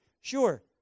sure